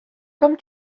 comme